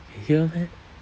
can hear [one] meh